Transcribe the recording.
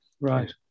Right